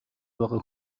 байгаа